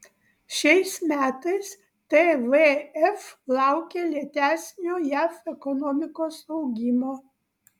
šiais metais tvf laukia lėtesnio jav ekonomikos augimo